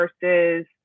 versus